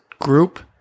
group